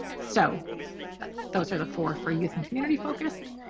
so those are the four for youth and community focused